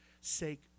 sake